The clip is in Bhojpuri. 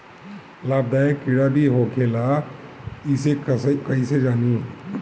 लाभदायक कीड़ा भी होखेला इसे कईसे जानी?